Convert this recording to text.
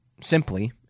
simply